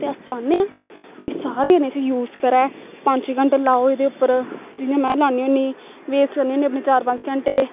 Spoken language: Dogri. ते अस चाह्न्ने आं कि सारे जने इसी यूज करै पंज छे घैंटे लाओ एह्दे उप्पर जि'यां में लान्नी होन्नी वेस्ट करनी होन्नी अपने चार पंज घैंटे